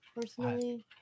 personally